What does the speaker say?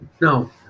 No